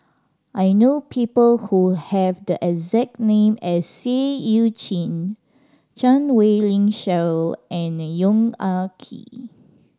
I know people who have the exact name as Seah Eu Chin Chan Wei Ling Cheryl and Yong Ah Kee